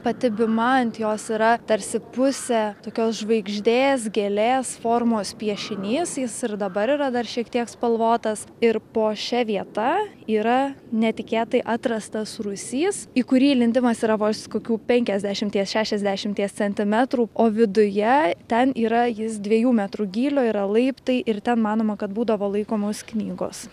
pati bima ant jos yra tarsi pusė tokios žvaigždės gėlės formos piešinys jis ir dabar yra dar šiek tiek spalvotas ir po šia vieta yra netikėtai atrastas rūsys į kurį įlindimas yra vos kokių penkiasdešimties šešiasdešimties centimetrų o viduje ten yra jis dviejų metrų gylio yra laiptai ir ten manoma kad būdavo laikomos knygos